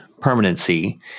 permanency